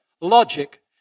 logic